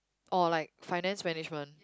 or like finance management